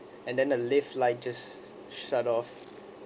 and then the lift like just shut off